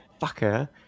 fucker